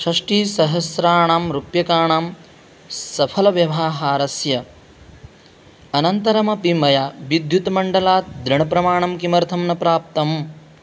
षष्टिसहस्राणां रूप्यकाणां सफलव्यवहारास्य अनन्तरमपि मया विद्युत्मण्डलात् दृढप्रमाणं किमर्थं न प्राप्तम्